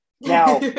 Now